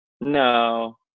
no